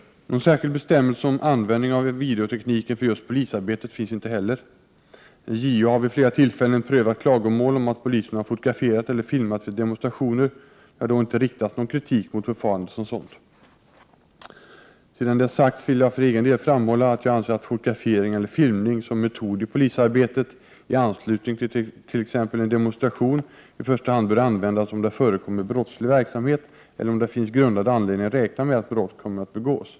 Någon särskild bestämmelse om användning av videotekniken för just polisarbetet finns inte heller. JO har vid flera tillfällen prövat klagomål om att polisen har fotograferat eller filmat vid demonstrationer. Det har då inte riktats någon kritik mot förfarandet som sådant. Sedan detta sagts, vill jag för egen del framhålla att jag anser att fotografering eller filmning som metod i polisarbetet i anslutning till t.ex. en demonstration i första hand bör användas, om det förekommer brottslig 23 verksamhet eller om det finns grundad anledning räkna med att brott kommer att begås.